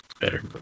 Better